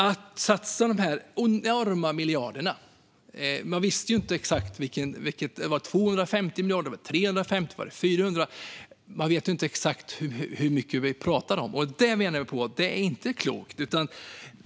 Att satsa dessa enorma miljarder - man visste ju inte exakt hur mycket man pratade om, om det var 250, 350 eller 450 miljarder - menar jag inte är klokt.